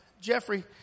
Jeffrey